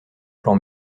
plan